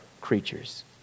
creatures